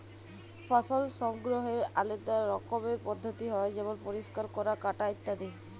ফসল সংগ্রহলের আলেদা রকমের পদ্ধতি হ্যয় যেমল পরিষ্কার ক্যরা, কাটা ইত্যাদি